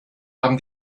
haben